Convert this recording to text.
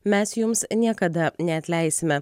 mes jums niekada neatleisime